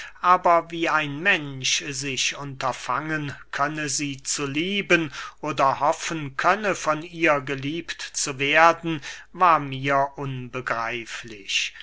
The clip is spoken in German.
aber wie ein mensch sich unterfangen könne sie zu lieben oder hoffen könne von ihr geliebt zu werden war mir unbegreiflich